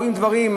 רואים דברים,